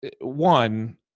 one